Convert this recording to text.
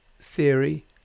theory